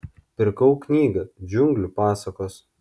pirkau knygą džiunglių pasakos